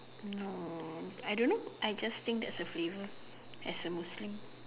no I don't know I just think that's a flavour as a Muslim